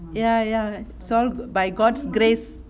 ya ya it's all by god's grace